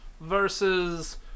versus